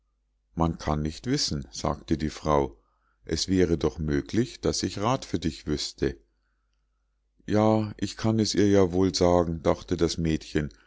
man kann nicht wissen sagte die frau es wäre doch möglich daß ich rath für dich wüsste ja ich kann es ihr ja wohl sagen dachte das mädchen